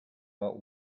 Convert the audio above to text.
but